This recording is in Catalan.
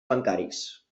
bancaris